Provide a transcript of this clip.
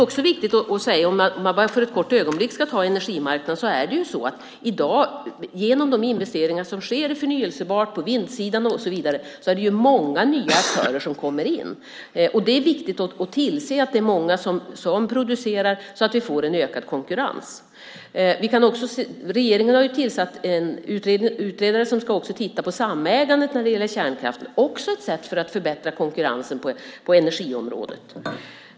Om vi för ett kort ögonblick ska ta upp detta med energimarknaden är det viktigt att säga att det genom de investeringar som i dag sker i förnybar energi, på vindsidan och så vidare, är många nya aktörer som kommer in. Det är viktigt att tillse att det är många som producerar, så att vi får en ökad konkurrens. Regeringen har tillsatt en utredare som också ska titta på samägandet när det gäller kärnkraften. Det är också ett sätt att förbättra konkurrensen på energiområdet.